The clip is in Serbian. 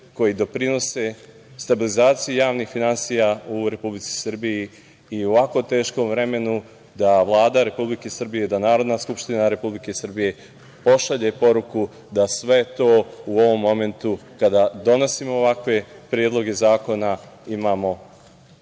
koji doprinose stabilizaciji javnih finansija u Republici Srbiji i u ovako teškom vremenu da Vlada Republike Srbije, da Narodna skupština Republike Srbije pošalje poruku da sve to u ovom momentu, kada donosimo ovakve predloge zakona, imamo